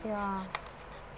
ya